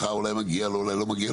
אולי מגיע לו או אולי לא מגיע.